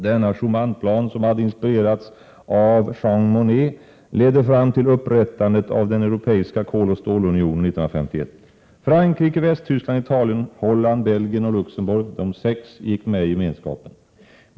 Denna ”Schumanplan” , som hade inspirerats av Jean Monnet, ledde fram till upprättandet av den europeiska Koloch stålunionen 1951. Frankrike, Västtyskland, Italien, Holland, Belgien och Luxemburg , gick med i gemenskapen.